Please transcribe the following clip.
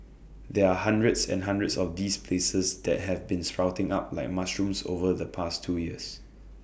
there are hundreds and hundreds of these places that have been sprouting up like mushrooms over the past two years